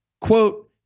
quote